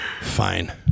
fine